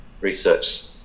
research